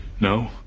No